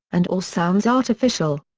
and or sounds artificial.